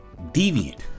deviant